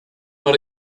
not